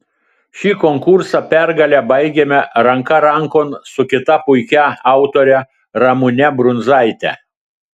šį konkursą pergale baigėme ranka rankon su kita puikia autore ramune brundzaite